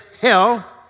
hell